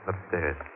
Upstairs